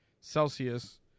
Celsius